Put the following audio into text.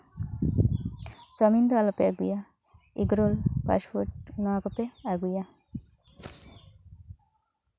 chowmein ᱫᱚ ᱟᱞᱚᱯᱮ ᱟᱹᱜᱩᱭᱟ ᱮᱜᱽᱨᱳᱞ ᱯᱷᱟᱥᱯᱷᱩᱰ ᱱᱚᱣᱟ ᱠᱚᱯᱮ ᱟᱹᱜᱩᱭᱟ